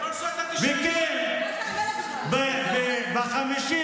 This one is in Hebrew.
אל תענה לו בכלל.